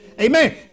Amen